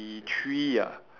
eh three ah